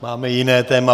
Máme jiné téma.